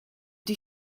die